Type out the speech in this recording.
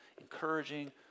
encouraging